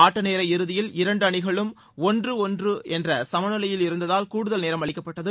ஆட்ட நேர இறுதியில் இரண்டு அணிகளும் ஒன்று ஒன்று என்ற சம நிலையில் இருந்ததால் கூடுதல் நேரம் அளிக்கப்பட்டது